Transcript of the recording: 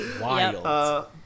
wild